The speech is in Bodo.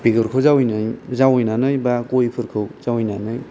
बेगरखौ जावैनानै बा गयफोरखौ जावैनानै